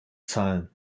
zahlen